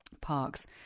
parks